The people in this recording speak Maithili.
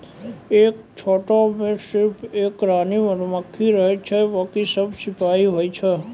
एक छत्ता मॅ सिर्फ एक रानी मधुमक्खी रहै छै बाकी सब सिपाही होय छै